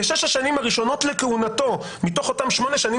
ב-6 השנים הראשונות לכהונתו מתוך אותם 8 שנים